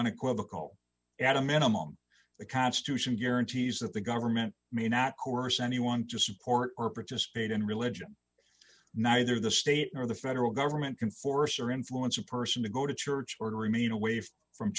unequivocal at a minimum the constitution guarantees that the government may not coerce anyone to support or participate in religion neither the state nor the federal government can force or influence a person to go to church or to remain away from